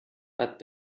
but